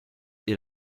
est